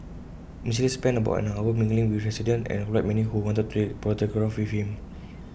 Mister lee spent about an hour mingling with residents and obliged many who wanted to take A photograph with him